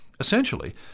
Essentially